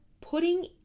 putting